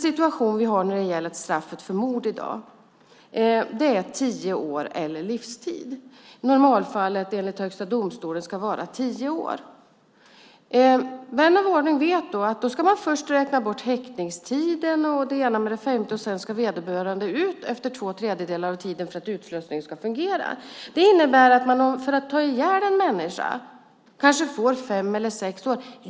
Straffet för mord är i dag tio år eller livstid. Normalfallet ska enligt Högsta domstolen vara tio år. Vän av ordning vet att man då först ska räkna bort häktningstiden och så vidare, och sedan ska vederbörande ut efter två tredjedelar av tiden för att utslussningen ska fungera. Det innebär att den som har tagit ihjäl en människa får kanske fem eller sex år.